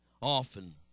often